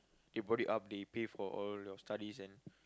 they brought you up they pay for all your studies and